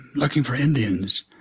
looking for indians